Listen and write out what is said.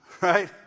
Right